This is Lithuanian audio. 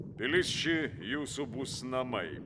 pilis ši jūsų bus namai